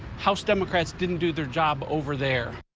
house democrats didn't do their job over there.